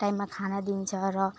टाइममा खाना दिन्छ र